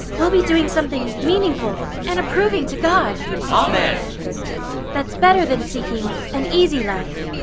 we'll be doing something meaningful and approving to god! um and that's better than seeking an easy life,